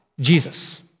Jesus